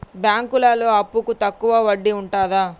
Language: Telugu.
బ్యాంకులలో అప్పుకు తక్కువ వడ్డీ ఉంటదా?